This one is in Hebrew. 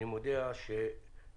אני מודיע שתוקף